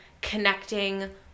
connecting